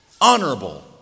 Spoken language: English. honorable